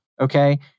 okay